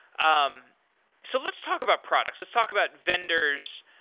um so let's talk about products. let's talk about vendors.